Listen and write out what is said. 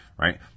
right